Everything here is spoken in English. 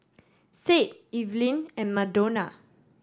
Sade Evelyn and Madonna